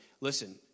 Listen